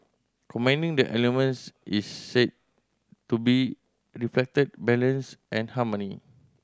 combining the elements is said to be reflected balance and harmony